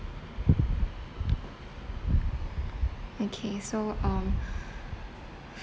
okay so um